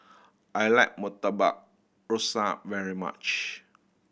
I like Murtabak Rusa very much